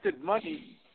money